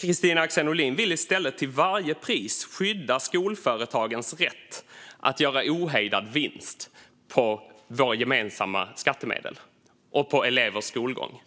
Kristina Axén Olin vill i stället till varje pris skydda skolföretagens rätt att göra ohejdad vinst på våra gemensamma skattemedel och elevers skolgång.